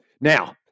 now